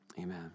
Amen